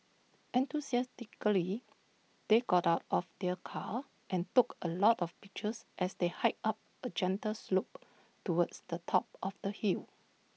enthusiastically they got out of their car and took A lot of pictures as they hiked up A gentle slope towards the top of the hill